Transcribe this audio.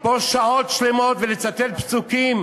פה שעות שלמות ולצטט פסוקים,